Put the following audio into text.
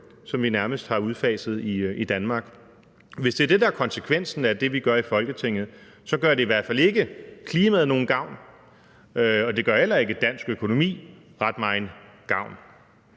som vi nærmest har udfaset i Danmark. Hvis det er det, der er konsekvensen af det, vi gør i Folketinget, så gør det i hvert fald ikke klimaet nogen gavn, og det gør heller ikke dansk økonomi ret megen gavn.